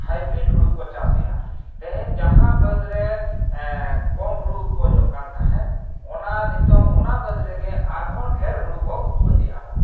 hybrid ᱦᱩᱲᱩ ᱠᱚ ᱪᱟᱥᱮᱫᱼᱟ ᱛᱮᱦᱮᱧ ᱡᱟᱦᱟᱸ ᱵᱟᱹᱫ ᱨᱮ ᱠᱚᱢ ᱦᱩᱲᱩ ᱩᱯᱚᱡᱚᱜ ᱠᱟᱱ ᱛᱟᱦᱮᱱ ᱚᱱᱟ ᱱᱤᱛᱚᱜ ᱚᱱᱟ ᱵᱟᱹᱫ ᱨᱮᱜᱮ ᱟᱨᱦᱚᱸ ᱰᱷᱮᱨ ᱦᱩᱲᱩ ᱵᱚ ᱩᱯᱚᱡᱮᱜᱼᱟ ᱵᱚᱱ